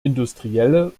industrielle